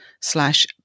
slash